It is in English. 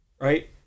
Right